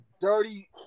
dirty